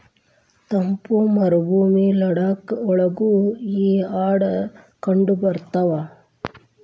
ತಂಪ ಮರಭೂಮಿ ಲಡಾಖ ಒಳಗು ಈ ಆಡ ಕಂಡಬರತಾವ